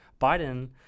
Biden